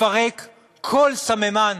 לפרק כל סממן